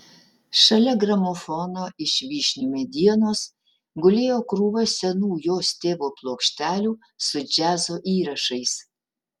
šalia gramofono iš vyšnių medienos gulėjo krūva senų jos tėvo plokštelių su džiazo įrašais